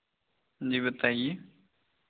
जी बताइए